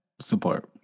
support